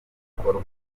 bikorwa